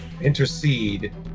intercede